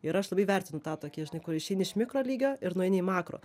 ir aš labai vertinu tą tokį žinai kur išeini iš mikrolygio ir nueini į makro